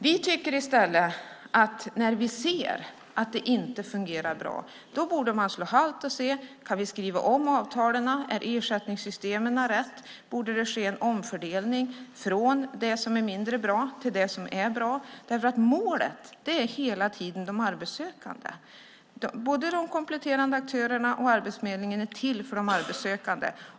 Vi tycker i stället att vi när vi ser att det inte fungerar bra borde slå halt och se: Kan vi skriva om avtalen? Är ersättningssystemen rätt? Borde det ske en omfördelning från det som är mindre bra till det som är bra? Målet är hela tiden de arbetssökande. Både de kompletterande aktörerna och Arbetsförmedlingen är till för de arbetssökande.